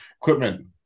equipment